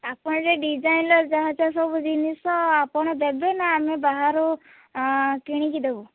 ଆପଣ ଏ ଯେଉଁ ଡିଜାଇନ୍ର ଯାହା ଯାହା ସବୁ ଜିନିଷ ଆପଣ ଦେବେ ନା ଆମେ ବାହାରୁ କିଣିକି ଦେବୁ